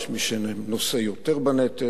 יש מי שנושא יותר בנטל,